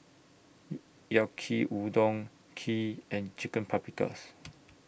Yaki Udon Kheer and Chicken Paprikas